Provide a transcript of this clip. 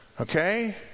Okay